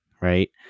right